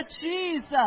Jesus